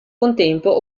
contempo